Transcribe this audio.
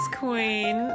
queen